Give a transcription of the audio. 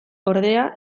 ordea